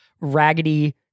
raggedy